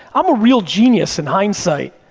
i'm a real genius, in hindsight,